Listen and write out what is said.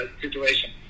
situation